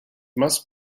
must